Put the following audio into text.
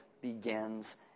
begins